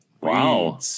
Wow